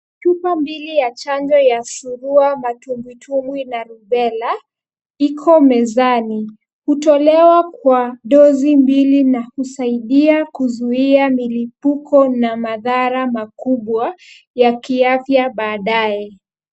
Chupa mbili ya chanjo ya surua, matumbwitumbwi na rubela iko mezani. Hutolewa kwa dozi mbili na husaidia kuzuia milipuko na madhara makubwa ya kiafya baadaye.